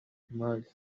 imali